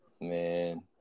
Man